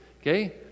okay